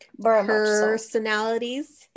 personalities